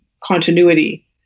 continuity